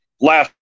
last